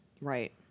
Right